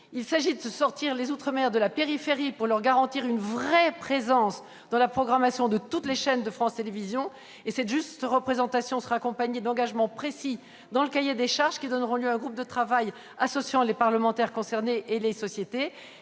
Il s'agit de sortir les outre-mer de la périphérie pour leur garantir une véritable présence dans la programmation de toutes les chaînes de France Télévisions. Cette juste représentation sera accompagnée d'engagements précis dans le cahier des charges, qui donneront lieu à un groupe de travail associant les parlementaires concernés et les sociétés.